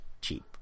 cheap